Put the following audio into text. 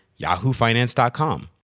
yahoofinance.com